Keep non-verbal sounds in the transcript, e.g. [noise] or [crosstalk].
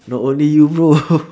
not only you bro [laughs]